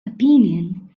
opinion